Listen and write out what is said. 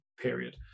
period